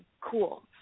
cool